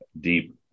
deep